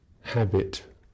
habit